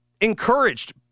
encouraged